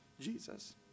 Jesus